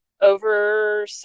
over